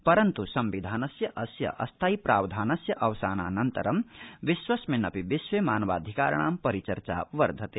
परन्त् सम्विधानस्य अस्थायि प्रावधानस्य अवसानानन्तरं विश्वस्मिनपि विश्वे मानवाधिकाराणां परिचर्चा वर्धते